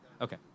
Okay